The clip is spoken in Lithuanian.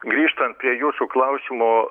grįžtant prie jūsų klausimo